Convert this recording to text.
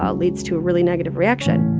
ah leads to a really negative reaction